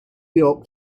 york